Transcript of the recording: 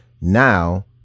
now